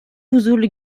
huzurlu